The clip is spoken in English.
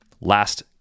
last